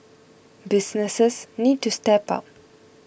businesses need to step up